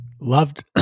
Loved